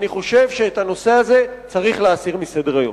אני חושב שאת הנושא הזה צריך להסיר מסדר-היום.